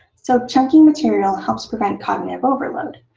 so chunking material helps prevent cognitive overload.